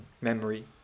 memory